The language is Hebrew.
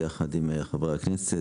ביחד עם חברי הכנסת.